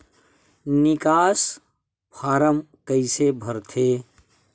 निकास फारम कइसे भरथे?